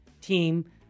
team